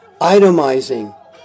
itemizing